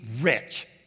rich